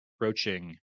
approaching